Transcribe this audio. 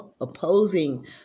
opposing